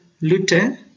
Luther